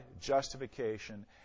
justification